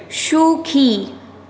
সুখী